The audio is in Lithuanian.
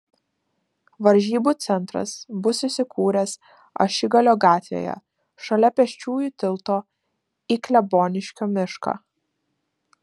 varžybų centras bus įsikūręs ašigalio gatvėje šalia pėsčiųjų tilto į kleboniškio mišką